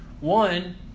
one